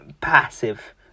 passive